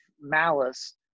malice